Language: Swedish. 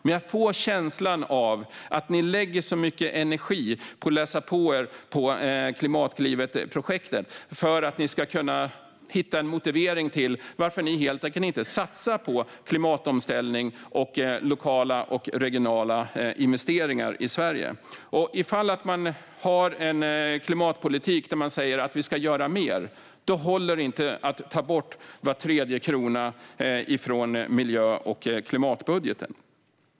Men jag får känslan att ni lägger så mycket energi på att läsa på om Klimatlivets projekt för att hitta en motivering till att ni inte satsar på klimatomställning och lokala och regionala investeringar i Sverige. Ifall man har en klimatpolitik där man säger att man ska göra mer håller det inte att ta bort var tredje krona från miljö och klimatbudgeten.